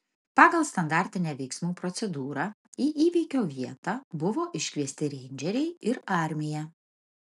pagal standartinę veiksmų procedūrą į įvykio vietą buvo iškviesti reindžeriai ir armija